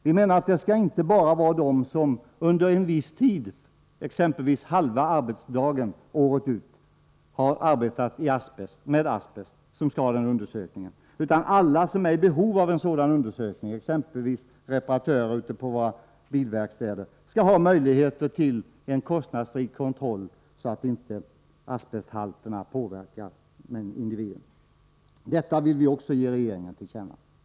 Vi menar att det inte bara skall vara de som under en viss tid, exempelvis halva arbetsdagen året runt, har arbetat med asbest som skall ha möjlighet att genomgå den undersökningen, utan alla som är i behov av en sådan undersökning, exempelvis reparatörer ute på våra bilverkstäder, skall ha möjlighet till en kostnadsfri kontroll så att inte asbesthalterna påverkar individen. Detta vill vi också ge regeringen till känna. Herr talman!